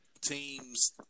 teams